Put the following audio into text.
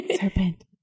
serpent